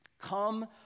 Come